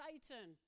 Satan